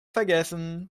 vergessen